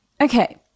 okay